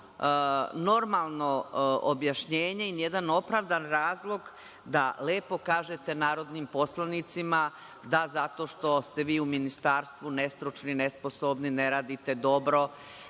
normalno objašnjenje i ni jedan opravdan razlog da lepo kažete narodnim poslanicima da zato što ste vi u ministarstvu nestručni, nesposobni, ne radite dobro,